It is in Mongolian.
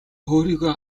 өөрийгөө